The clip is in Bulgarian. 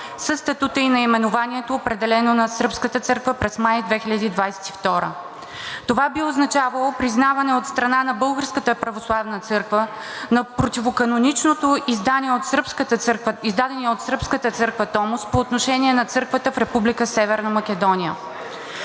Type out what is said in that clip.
със статута и наименованието, определено на сръбската църква през май 2022 г. Това би означавало признаване от страна на Българската православна църква на противоканоничното издадения от сръбската църква томос по отношение на църквата в Република